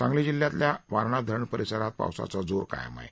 सांगली जिल्ह्यातल्या वारणा धरण परिसरात पावसाचा जोर कायम आहे